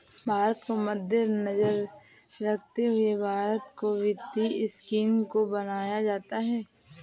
भारत के बजट को मद्देनजर रखते हुए भारत की वित्तीय स्कीम को बनाया जाता है